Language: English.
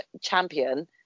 champion